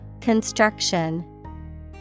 Construction